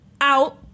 out